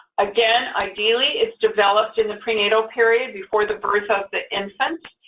again, ideally, it's developed in the prenatal period before the birth of the infant,